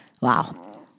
Wow